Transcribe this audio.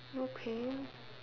okay